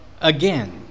again